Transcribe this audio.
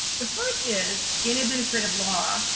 the first is, in administrative law,